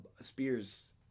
spears